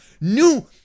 new